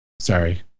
sorry